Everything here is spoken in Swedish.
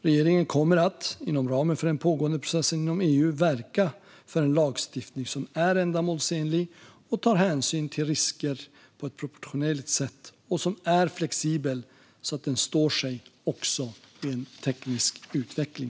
Regeringen kommer att, inom ramen för den pågående processen inom EU, verka för en lagstiftning som är ändamålsenlig och tar hänsyn till risker på ett proportionerligt sätt och som är flexibel så att den står sig också vid teknisk utveckling.